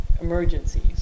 emergencies